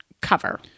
cover